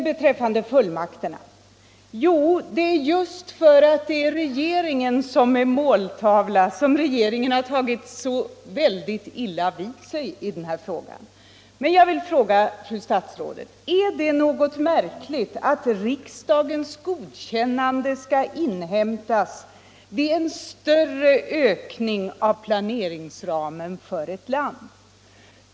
Beträffande fullmakterna är det just för att regeringen här är måltavla som regeringen har tagit så illa vid sig. Men jag vill fråga fru statsrådet: Är det något märkligt i att riksdagens godkännande skall inhämtas vid en större ökning av planeringsramen för ett land?